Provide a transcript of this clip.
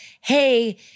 hey